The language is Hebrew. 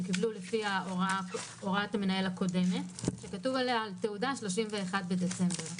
קיבלו לפי הוראת המנהל הקודמת שכתוב עליה 31 בדצמבר.